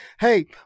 Hey